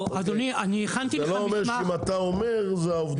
זה לא אומר שאם אתה אומר אז אלה העובדות.